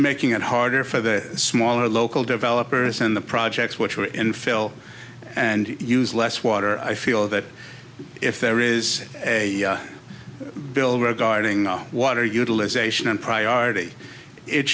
making it harder for the smaller local developers and the projects which are in fill and use less water i feel that if there is a bill regarding our water utilization and priority it